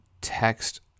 text